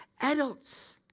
adults